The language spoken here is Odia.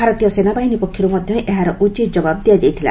ଭାରତୀୟ ସେନାବାହିନୀ ପକ୍ଷରୁ ମଧ୍ୟ ଏହାର ଉଚିତ କବାବ୍ ଦିଆଯାଇଥିଲା